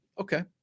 Okay